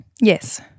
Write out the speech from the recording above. Yes